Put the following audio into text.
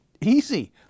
Easy